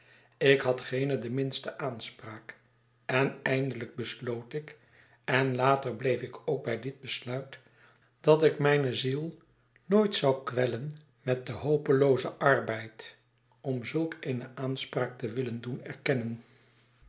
ik had geene de minste aanspraak en eindelijk besloot ik en later bleef ik ook bij dit besluit dat ik mijne ziel nooit zou kwellen met den hopeloozen arbeid om zulk eene aanspraak te willen doen erkennen